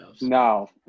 No